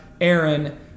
Aaron